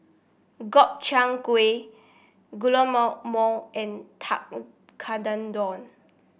Gobchang Gui and